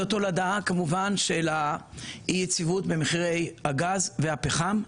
תולדה, כמובן, של אי-היציבות במחירי הגז והפחם.